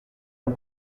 mon